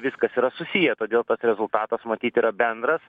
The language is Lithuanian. viskas yra susiję todėl tas rezultatas matyt yra bendras